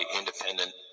independent